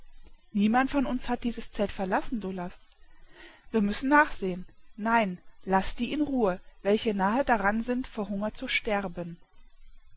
niemand von uns hat dieses zelt verlassen daoulas wir müssen nachsehen nein laßt die in ruhe welche nahe daran sind vor hunger zu sterben